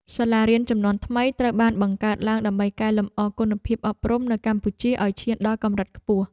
សាលារៀនជំនាន់ថ្មីត្រូវបានបង្កើតឡើងដើម្បីកែលម្អគុណភាពអប់រំនៅកម្ពុជាឱ្យឈានដល់កម្រិតខ្ពស់។